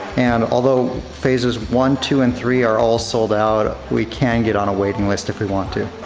and although phases one, two, and three are all sold out, we can get on a waiting list if we want to.